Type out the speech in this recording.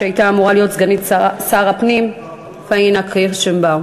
שהייתה אמורה להיות סגנית שר הפנים פאינה קירשנבאום.